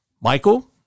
Michael